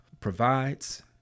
provides